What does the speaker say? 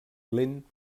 lent